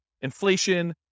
inflation